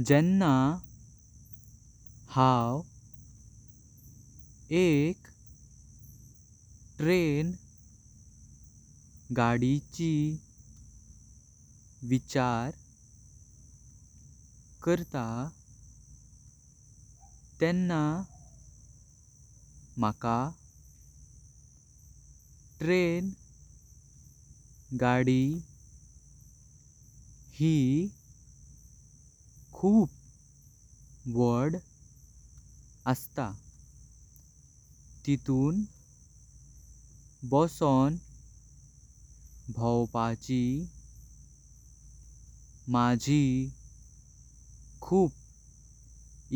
जेंना हांव एक तेंण गाडिची विचार करता तेंणा मका ट्रेन गाडी ही खूप वड अस्तां। तितुन बसोन बोवपाची माझी कुंफ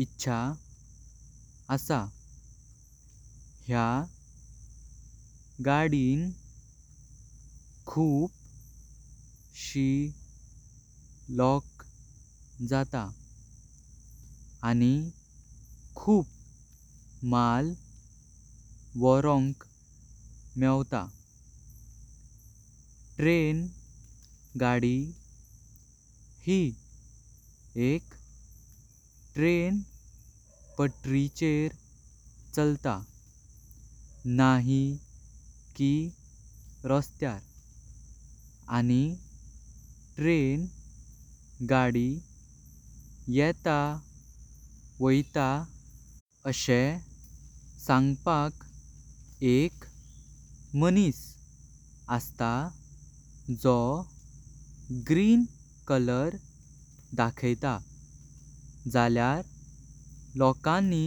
इच्छा आसा। ह्या गाडिन खूप शे लोक जाता आणी खूप माल वोरोंक मेवतां। ट्रेन गाडी ही एक ट्रेन पत्रीचेर चालता। न्हयीं की रॉस्त्यार आणी ट्रेन गाडी येता वोयता अशे संगपाक एक मानिस आस्ता। जो ग्रीन कलर दाखेतां जल्यार लोकांनी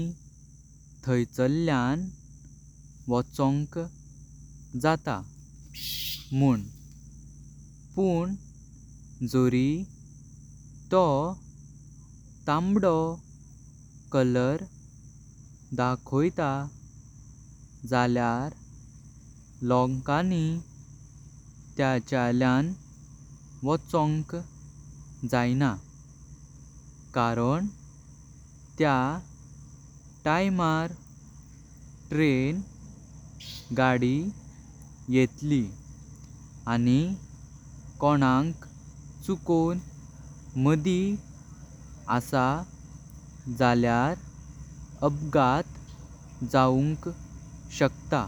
थयचल्यान वोचोंक जाता। मुन पुन जोरी तो ताबडो कलर दाखोयता। जल्यार लोकांनी थयचल्यान वोचोंक जाईना कारण त्या तिंवर ट्रेन गाडी येतली। आणी कोणी चुकों माडी आसा जल्यार अपघात जाउनक शकता।